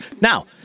Now